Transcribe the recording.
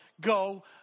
go